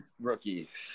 rookies